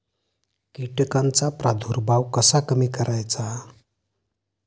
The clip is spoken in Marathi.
कीटकांचा प्रादुर्भाव कसा कमी करायचा?